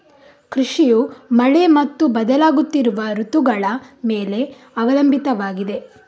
ಕೃಷಿಯು ಮಳೆ ಮತ್ತು ಬದಲಾಗುತ್ತಿರುವ ಋತುಗಳ ಮೇಲೆ ಅವಲಂಬಿತವಾಗಿದೆ